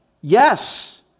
Yes